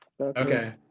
Okay